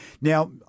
Now